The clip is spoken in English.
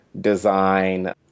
design